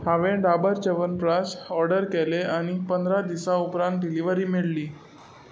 हांवें डाबर चवनप्राश ऑर्डर केलें आनी पंदरा दिसां उपरांत डिलिव्हरी मेळ्ळी